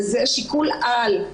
וזה שיקול על.